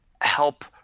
help